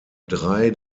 drei